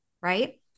Right